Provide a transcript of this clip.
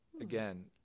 again